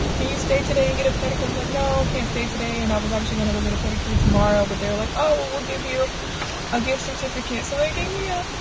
can you stay today and get a pedicure? i'm like, no, i can't stay today. and i was actually gonna go get a pedicure tomorrow. but they were like, oh, well we'll give you a gift certificate. so they gave me a,